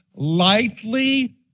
lightly